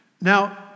Now